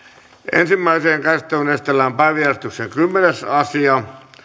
ensimmäiseen käsittelyyn esitellään päiväjärjestyksen kymmenes asia